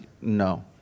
no